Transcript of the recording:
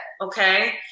Okay